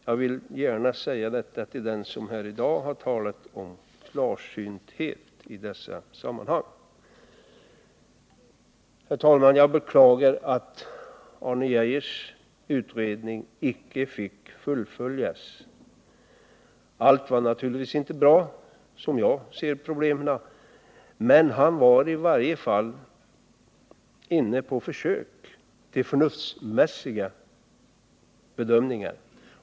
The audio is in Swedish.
Jag vill gärna säga detta till dem som här i dag har talat om klarsynthet. Jag beklagar att Arne Geijers utredning icke fick fullföljas. Allt var naturligtvis inte bra, som jag ser problemen, men Arne Geijer var i varje fall inne på försök till förnuftsmässiga bedömningar.